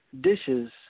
dishes